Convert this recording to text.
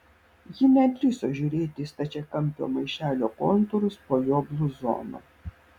ji nedrįso žiūrėti į stačiakampio maišelio kontūrus po jo bluzonu